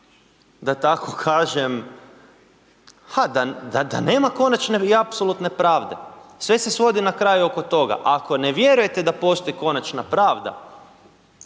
da tako kažem, pa da nema konačne i apsolutne pravde. Sve se svodi na kraju oko toga. Ako ne vjerujete da postoji konačna pravda,